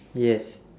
yes